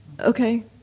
Okay